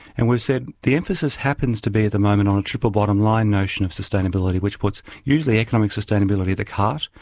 and we've said, the emphasis happens to be at the moment on triple bottom-line notion of sustainability which puts usually economic sustainability at the cart.